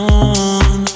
on